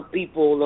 people